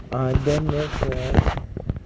ah then where's the